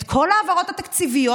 את כל ההעברות התקציביות.